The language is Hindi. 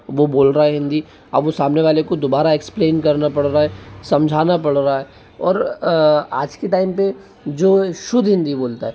वो बोल रहा है हिंदी अब वो सामने वाले को दोबारा एक्सप्लेन करना पड़ रहा है समझाना पड़ रहा है और आज के टाइम पे जो शुद्ध हिंदी बोलता है